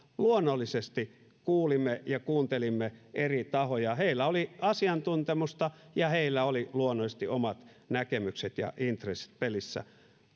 luonnollisesti kuulimme ja kuuntelimme eri tahoja heillä oli asiantuntemusta ja heillä oli luonnollisesti omat näkemykset ja intressit pelissä